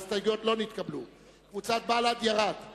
ההסתייגות הראשונה של קבוצת סיעת מרצ וקבוצת הארבעה לסעיף 3 (סעיף